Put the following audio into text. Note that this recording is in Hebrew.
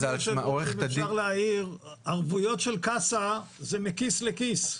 אם אפשר להעיר, ערבויות של קצא"א זה מכיס לכיס.